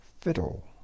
Fiddle